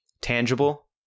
tangible